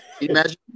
Imagine